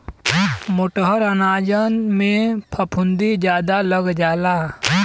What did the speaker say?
मोटहर अनाजन में फफूंदी जादा लग जाला